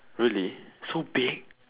really so big